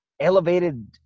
elevated